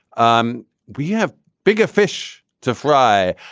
um we have bigger fish to fry.